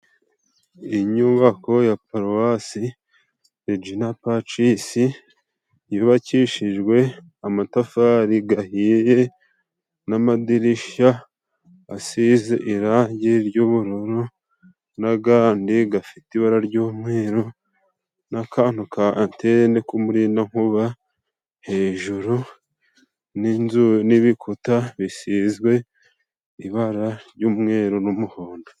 Inyubako ya paruwasi Regina Pacis yubakishijwe amatafari gahiye n'amadirisha asize irangi ry'ubururu n'agandi gafite ibara ry'umweru n'akantu k'antene k'umurindankuba hejuru n'inzu n'ibikuta bisizwe ibara ry'umweru n'umuhondo.